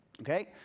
Okay